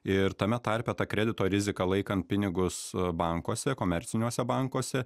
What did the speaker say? ir tame tarpe ta kredito rizika laikant pinigus bankuose komerciniuose bankuose